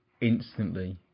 instantly